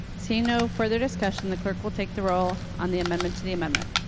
seeing no further discussion the clerk will take the roll on the amendment to the amendment.